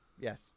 Yes